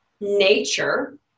Nature